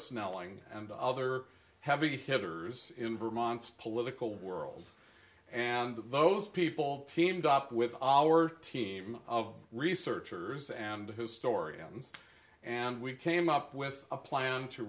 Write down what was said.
snelling and other heavy hitters in vermont's political world and those people teamed up with our team of researchers and historians and we came up with a plan to